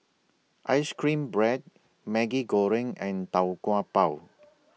Ice Cream Bread Maggi Goreng and Tau Kwa Pau